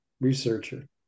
researcher